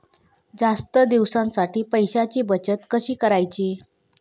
जास्त दिवसांसाठी पैशांची बचत कशी करायची?